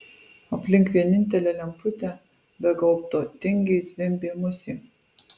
aplink vienintelę lemputę be gaubto tingiai zvimbė musė